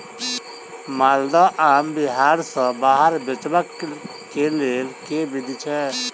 माल्दह आम बिहार सऽ बाहर बेचबाक केँ लेल केँ विधि छैय?